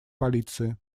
полиции